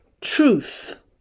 Truth